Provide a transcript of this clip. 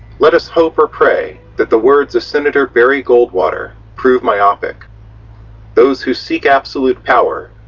let us hope or pray, that the words of senator barry goldwater prove myopic those who seek absolute power,